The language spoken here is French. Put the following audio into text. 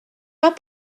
pas